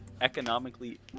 economically